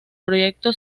proyecto